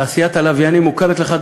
תעשיית הלוויינים מוכרת לך,